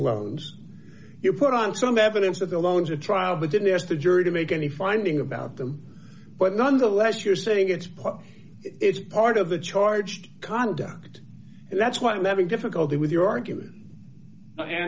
loans you put on some evidence that the loans a trial but didn't ask the jury to make any finding about them but nonetheless you're saying it's part of it's part of the charged conduct and that's what i'm having difficulty with your argument and